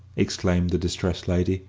exclaimed the distressed lady,